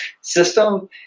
system